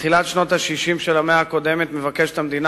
מתחילת שנות ה-60 של המאה הקודמת מבקשת המדינה